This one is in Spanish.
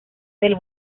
del